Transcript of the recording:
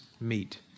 meet